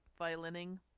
violining